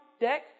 deck